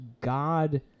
God